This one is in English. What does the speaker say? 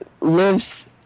lives